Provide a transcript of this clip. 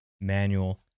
manual